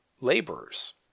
laborers